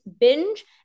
binge